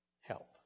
help